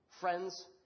friends